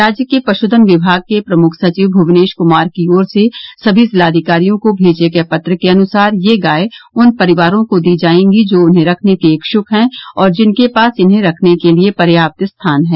राज्य के पशुघन विभाग के प्रमुख सचिव भुवनेश कुमार की ओर से सभी जिलाधिकारियों को भेजे गए पत्र के अनुसार यह गाय उन परिवारों को दी जाएंगी जो उन्हें रखने के इच्छुक हैं और जिनके पास इन्हें रखने के लिए पर्याप्त स्थान है